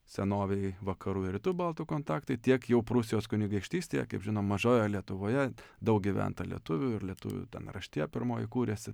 senovėj vakarų ir rytų baltų kontaktai tiek jau prūsijos kunigaikštystėje kaip žinom mažojoje lietuvoje daug gyventa lietuvių ir lietuvių ten raštija pirmoji kūrėsi